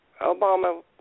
Obama